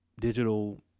digital